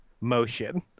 motion